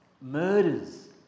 murders